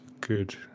good